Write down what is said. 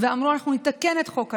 ואמרו: אנחנו נתקן את חוק הלאום.